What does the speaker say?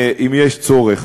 אם יש צורך.